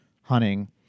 hunting